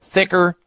thicker